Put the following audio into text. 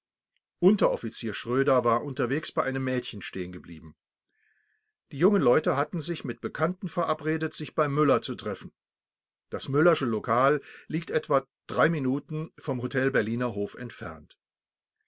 unteroffizier schröder war unterwegs bei einem mädchen stehen geblieben die jungen leute hatten sich mit bekannten verabredet sich bei müller zu treffen das müllersche lokal liegt etwa drei minuten vom hotel berliner hof entfernt